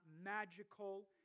magical